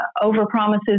overpromises